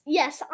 yes